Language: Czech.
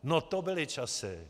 No to byly časy.